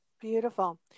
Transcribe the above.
Beautiful